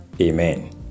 Amen